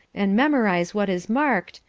and memorise what is marked,